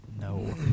No